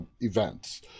events